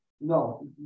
No